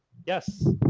yes.